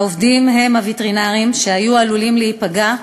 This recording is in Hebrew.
העובדים הם הווטרינרים שהיו עלולים להיפגע,